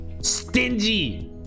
Stingy